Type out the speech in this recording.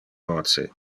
voce